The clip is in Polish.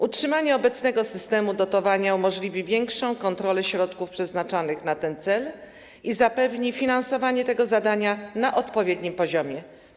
Utrzymanie obecnego systemu dotowania umożliwi większą kontrolę środków przeznaczanych na ten cel i zapewni finansowanie tego zadania na odpowiednim poziomie.